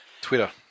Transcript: Twitter